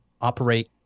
operate